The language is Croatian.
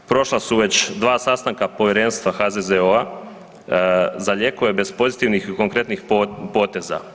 Prošla su već 2 sastanka povjerenstva HZZO-a za lijekove bez pozitivnih i konkretnih poteza.